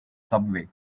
subway